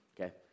okay